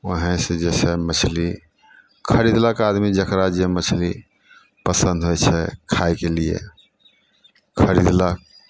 ओहेँसे जे छै मछली खरिदलक आदमी जकरा जे मछली पसन्द होइ छै खाइके लिए खरिदलक